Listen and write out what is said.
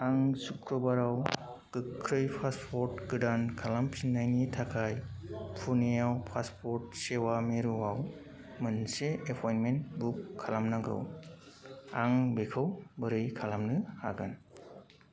आं सुक्रुबारआव गोख्रै पासपोर्ट गोदान खालामफिननायनि थाखाय पुनेआव पासपोर्ट सेवा मिरुआव मोनसे एपइन्टमेन्ट बुक खालामनांगौ आं बेखौ बोरै खालामनो हागोन